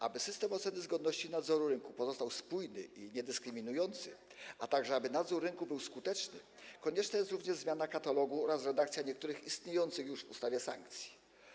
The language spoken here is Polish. Aby system oceny zgodności i nadzoru rynku pozostał spójny i niedyskryminujący, a także aby nadzór rynku był skuteczny, konieczna jest również zmiana katalogu oraz redakcja niektórych istniejących już w ustawie sankcji.